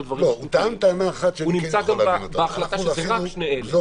נמצא גם בהחלטה שאלה רק שני אלה.